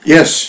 Yes